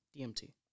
DMT